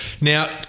now